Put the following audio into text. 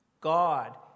God